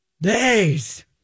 days